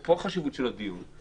ופה החשיבות של הדיון.